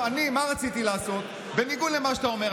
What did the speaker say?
אני, מה רציתי לעשות, בניגוד למה שאתה אומר?